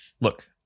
look